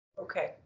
Okay